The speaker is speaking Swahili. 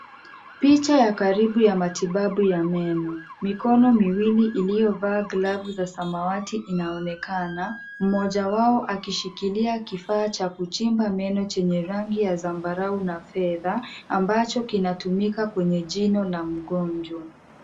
Picha ya karibu ya matibabu ya meno mikono miwili iliyovaa glafu za samawati inaonekana, mmoja wao akishikilia kifaa cha kuchimba meno chenye rangi ya sambarau na fedha ambacho kinatumika kwenye jino na mgonjwa.